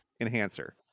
enhancer